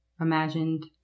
imagined